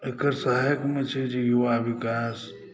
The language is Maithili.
एकर सहायकमे छै जे युवा विकास